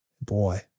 Boy